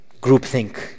Groupthink